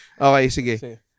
Okay